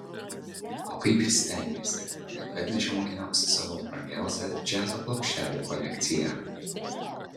o kaip jis stengėsi net atnešė mokiniams savo brangiausią džiazo plokštelių kolekciją